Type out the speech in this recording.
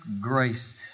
grace